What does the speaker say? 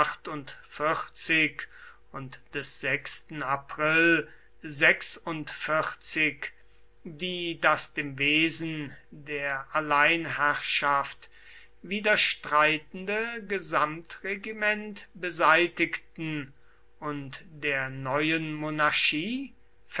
und des april die das dem wesen der alleinherrschaft widerstreitende gesamtregiment beseitigten und der neuen monarchie